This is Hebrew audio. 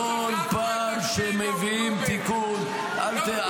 כל פעם שמביאים תיקון -- תרגיע.